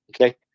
okay